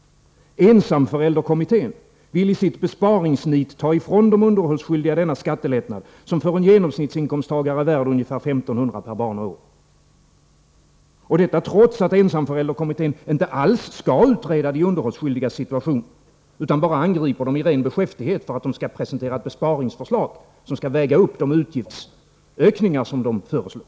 Ensamförälderkommittén vill i sitt besparingsnit ta ifrån de underhållsskyldiga denna skattelättnad, som för en genomsnittsinkomsttagare är värd ungefär 1 500 kr. per barn och år. Och detta trots att ensamförälderkommittén inte alls skall utreda de underhållsskyldigas situation, utan bara angriper dem i ren beskäftighet, för att presentera ett besparingsförslag som skall väga upp de utgiftsökningar den föreslagit.